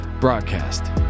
broadcast